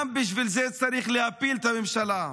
גם בשביל זה צריך להפיל את הממשלה.